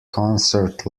concert